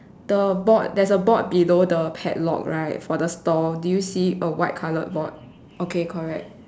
the board there's a board below the padlock right for the store do you see a white coloured board okay correct